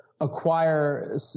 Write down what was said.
acquire